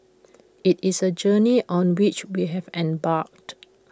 IT is A journey on which we have embarked